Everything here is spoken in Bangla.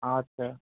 আচ্ছা